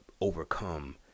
overcome